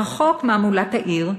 רחוק מהמולת העיר,